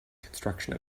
construction